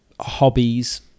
hobbies